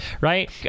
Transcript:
right